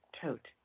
tote